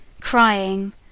crying